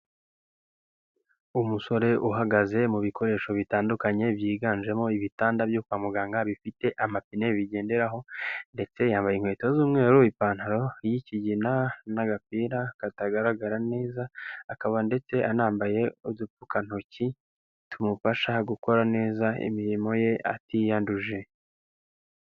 Umusore uhagaze mu bikoresho bitandukanye byiganjemo ibitanda byo kwa muganga bifite amapine, bigenderaho ndetse yambaye inkweto z'umweru, ipantalo y'ikigina n'agapira katagaragara neza akaba ndetse anambaye udupfukantoki tumufasha gukora neza imirimo ye atiyanduje.